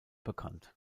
bekannt